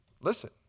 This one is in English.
Listen